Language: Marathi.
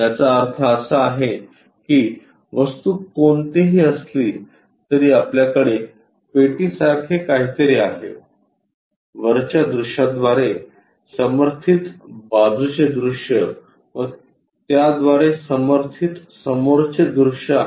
याचा अर्थ असा आहे की वस्तू कोणतीही असली तरी आपल्याकडे पेटी सारखे काहीतरी आहे वरच्या दृश्याद्वारे समर्थित बाजूचे दृश्य व त्याद्वारे समर्थित समोरचे दृश्य आहे